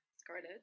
Scarlet